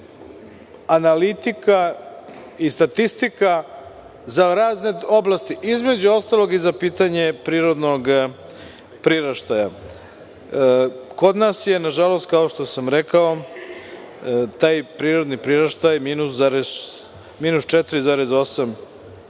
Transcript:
analitika i statistika za razne oblasti, između ostalog i za pitanje prirodnog priraštaja. Kod nas je, nažalost, kao što sam rekao, taj prirodni priraštaj minus 4,8%